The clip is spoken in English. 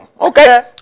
okay